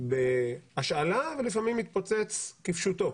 בהשאלה ולפעמים מתפוצץ כפשוטו.